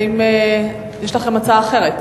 האם יש לכם הצעה אחרת?